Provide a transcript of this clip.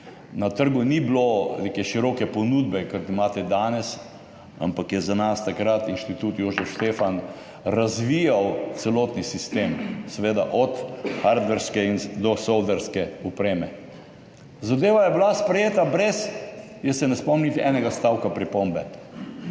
Na trgu ni bilo neke široke ponudbe, kot jo imate danes, ampak je za nas takrat Institut Jožef Stefan razvijal celotni sistem od hardverske do softverske opreme. Zadeva je bila sprejeta brez pripomb, jaz se ne spomnim niti enega stavka pripombe.